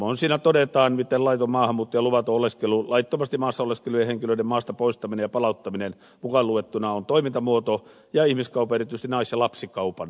samoin siinä todetaan miten laiton maahanmuutto ja luvaton oleskelu laittomasti maassa oleskelevien henkilöiden maasta poistaminen ja palauttaminen mukaan luettuna on toimintamuoto ja ihmiskaupan erityisesti nais ja lapsikaupan torjunta